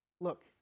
look